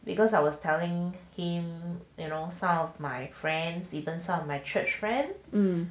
because I was telling him you know some of my friends even some of my church friend